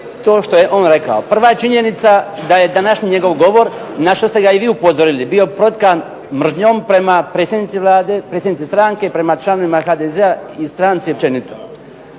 to što je on rekao. Prva činjenica da je današnji njegov govor na što ste ga i vi upozorili bio protkan mržnjom prema predsjednici Vlade, predsjednici stranke, prema članovima HDZ-a i stranci općenito.